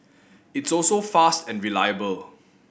it's also fast and reliable